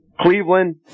Cleveland